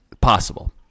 possible